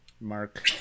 mark